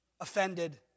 offended